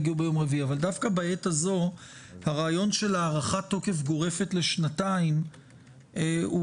יגיעו ביום רביעי - הרעיון של הארכת תוקף גורפת לשנתיים הוא